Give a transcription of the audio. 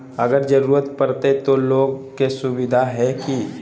अगर जरूरत परते तो लोन के सुविधा है की?